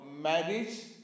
marriage